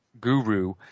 guru